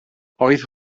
oedd